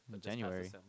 January